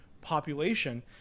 population